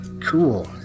cool